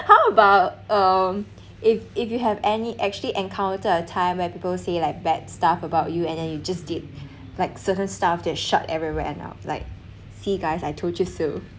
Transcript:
how about um if if you have any actually encounter a time when people say like bad stuff about you and then you just did like certain stuff to shut everyone up like see guys I told you so